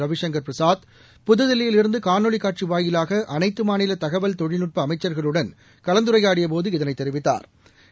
ரவிசங்கர் பிரசாத் புதுதில்லியில் இருந்துகாணொலிகாட்சிவாயிலாகஅனைத்தமாநிலதகவல் தொழில்நட்பஅமைச்சர்களுடன் கலந்துரையாடியபோது இதனைதெரிவித்தாா்